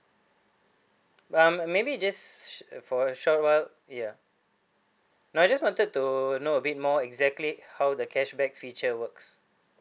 um maybe just for a short while ya no I just wanted to know a bit more exactly how the cashback feature works